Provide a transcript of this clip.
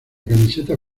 camiseta